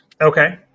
Okay